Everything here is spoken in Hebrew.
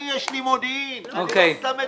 אני אומר לך, יש לי מודיעין, אני לא סתם מדבר.